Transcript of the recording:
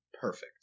perfect